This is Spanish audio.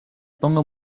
pongo